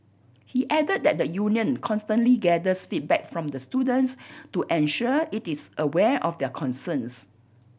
he added that the union constantly gathers feedback from the students to ensure it is aware of their concerns